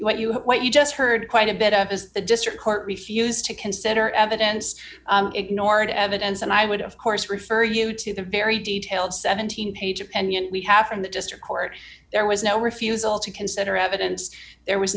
what you what you just heard quite a bit of is the district court refused to consider evidence ignored evidence and i would of course refer you to the very detailed seventeen page opinion we have from the district court there was no refusal to consider evidence there was